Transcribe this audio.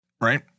right